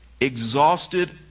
Exhausted